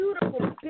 beautiful